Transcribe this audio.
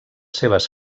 seves